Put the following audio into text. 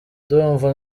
ndumva